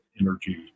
energy